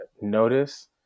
notice